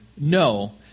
No